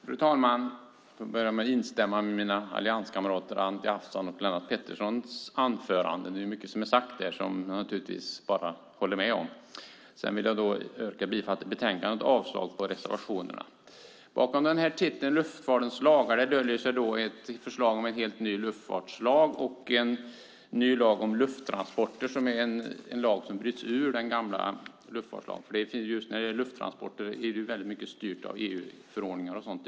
Fru talman! Jag instämmer i mina allianskamrater Anti Avsans och Lennart Petterssons anföranden. Mycket av det de sagt håller jag med om. Inledningsvis yrkar jag bifall till utskottets förslag i betänkandet och avslag på reservationerna. Bakom betänkanderubriken Luftfartens lagar döljer sig ett förslag om en helt ny luftfartslag och en ny lag om lufttransporter, en lag som bryts ut ur den gamla luftfartslagen. Just när det gäller lufttransporter är i dag väldigt mycket styrt av EU-förordningar och sådant.